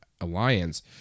alliance